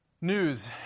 news